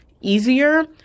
easier